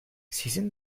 sizin